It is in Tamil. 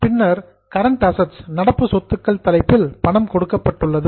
பின்னர் கரண்ட் அசட்ஸ் நடப்பு சொத்துக்கள் தலைப்பில் பணம் கொடுக்கப்பட்டுள்ளது